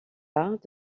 arts